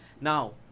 Now